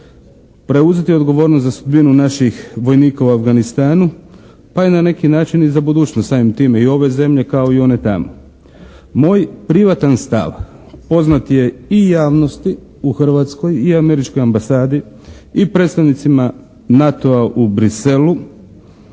Preuzeti odgovornost za sudbinu naših vojnika u Afganistanu pa i na neki način i za budućnost samim time i ove zemlje kao i one tamo. Moj privatan stav poznat i javnosti u Hrvatskoj i Američkoj ambasadi i predstavnicima NATO-a u Bruxellesu